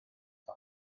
hon